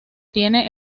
tiene